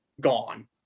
gone